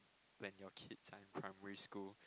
when your kids are in primary school